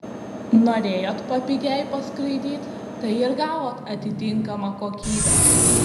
norėjot papigiai paskraidyt tai ir gavot atitinkamą kokybę